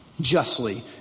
justly